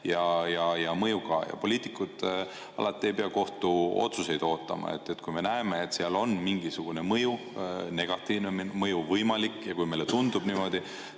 ja mõju on ka. Poliitikud ei pea alati kohtuotsuseid ootama. Kui me näeme, et on mingisugune mõju, negatiivne mõju võimalik, ja kui meile tundub niimoodi,